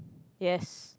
yes